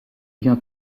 bien